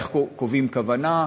איך קובעים כוונה.